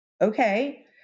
Okay